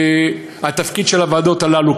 התפקיד של הוועדות הללו,